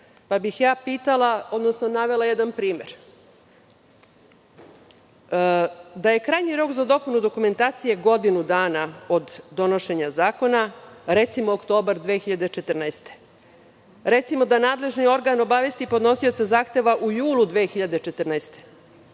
bih vas, odnosno navela jedan primer, da je krajnji rok za dopunu dokumentacije godinu dana od donošenja zakona, recimo, oktobar 2014. godine. Recimo da nadležni organ obavesti podnosioca zahteva u julu 2014.